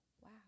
Wow